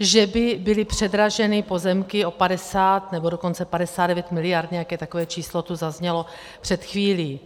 že by byly předraženy pozemky o 50, nebo dokonce 59 mld., nějaké takové číslo tu zaznělo před chvílí.